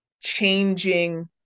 changing